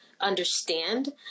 understand